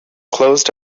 closed